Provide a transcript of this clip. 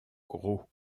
gros